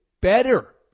better